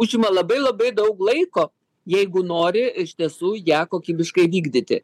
užima labai labai daug laiko jeigu nori iš tiesų ją kokybiškai vykdyti